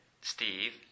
steve